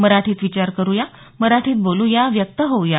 मराठीत विचार करुया मराठीत बोलू या व्यक्त होऊ या